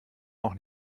auch